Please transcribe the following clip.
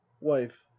wife